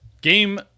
game